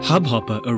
Hubhopper